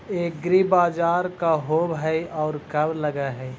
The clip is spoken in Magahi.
एग्रीबाजार का होब हइ और कब लग है?